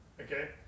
okay